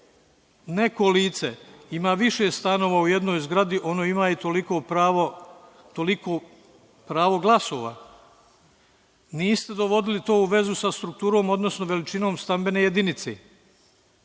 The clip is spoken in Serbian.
neko lice ima više stanova u jednoj zgradi, ima i toliko pravo glasova. Niste dovodili to u vezu sa strukturom odnosno veličinom stambene jedinice. Niste